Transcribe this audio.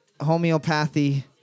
homeopathy